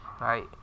right